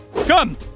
Come